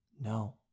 No